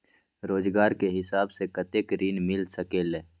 रोजगार के हिसाब से कतेक ऋण मिल सकेलि?